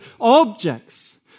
objects